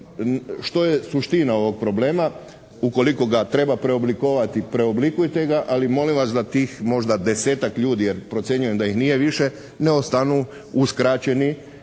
što je suština ovog problema. Ukoliko ga treba preoblikovati preoblikujte ga, ali molim vas da tih možda 10-tak ljudi, jer procjenjujem da ih nije više, ne ostanu uskraćeni